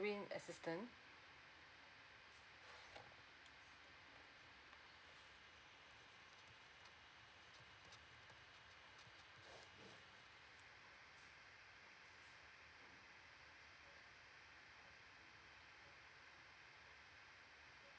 interim assistance